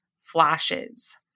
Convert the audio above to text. flashes